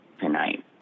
tonight